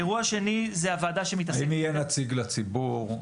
האם יהיה נציג ציבור,